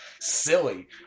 silly